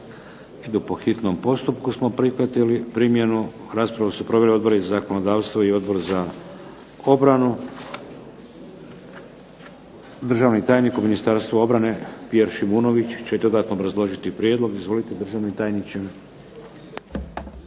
Po hitnom postupku smo prihvatili primjenu. Raspravu su proveli Odbor za zakonodavstvo i Odbor za obranu. Državni tajnik u Ministarstvu obrane Pjer Šimunović će dodatno obrazložiti prijedlog. Izvolite, državni tajniče.